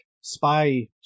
spy